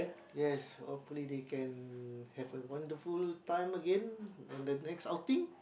yes hopefully they can have a wonderful time again when the next outing